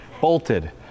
bolted